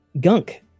Gunk